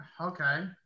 okay